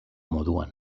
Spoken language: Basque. moduan